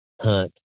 hunt